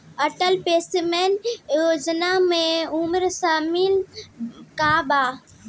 Atal pension Yojana मे उम्र सीमा का बा?